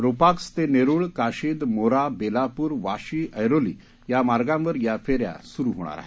RoPax ते नेरूळ काशिद मोरा बेलापूर वाशी ऐरोली या मार्गांवर या फेऱ्या सुरू होणार आहेत